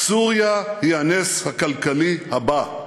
"סוריה היא הנס הכלכלי הבא.